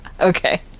Okay